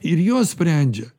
ir jos sprendžia